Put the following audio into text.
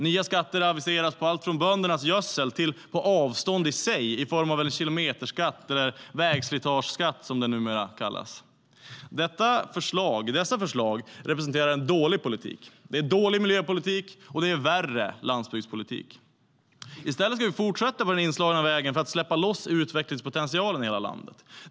Nya skatter aviseras på allt från böndernas gödsel till avstånd i sig i form av en kilometerskatt - eller vägslitageskatt som den numera kallas. Dessa förslag representerar en dålig politik. Det är dålig miljöpolitik och det är värre landsbygdspolitik.I stället ska vi fortsätta på den inslagna vägen för att släppa loss utvecklingspotentialen i hela landet.